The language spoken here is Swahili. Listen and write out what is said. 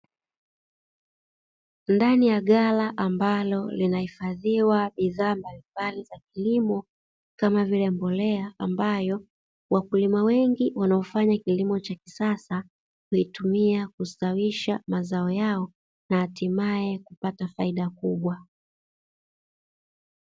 Ndani ya ghala ambalo zinahifadhiwa bidhaa mbalimbali za kilimo kama vile mbolea ambayo wakulima wengi wanaofanya kilimo cha kisasa, huitumia kustawisha mazao yao na hatimaye kupata faida kubwa.